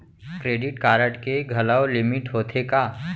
Credit card के घलव limit होथे का?